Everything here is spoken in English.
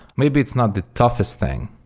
maybe it's not the toughest thing,